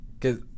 cause